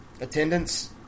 attendance